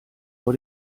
vor